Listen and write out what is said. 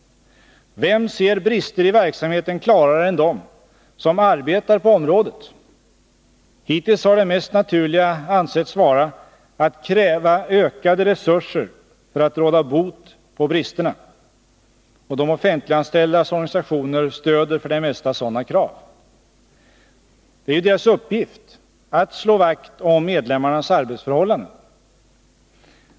Vem ser brister i verksamheten klarare än de som arbetar på området? Hittills har det mest naturliga ansetts vara att kräva ökade resurser för att råda bot på bristerna. Och de offentliganställdas organisationer stöder för det mesta sådana krav. Det är ju deras uppgift att slå vakt om medlemmarnas arbetsförhållanden.